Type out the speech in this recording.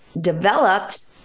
developed